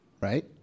Right